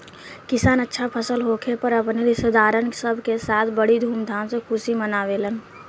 किसान अच्छा फसल होखे पर अपने रिस्तेदारन सब के साथ बड़ी धूमधाम से खुशी मनावेलन